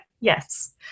Yes